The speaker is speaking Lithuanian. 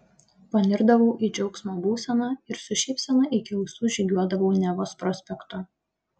panirdavau į džiaugsmo būseną ir su šypsena iki ausų žygiuodavau nevos prospektu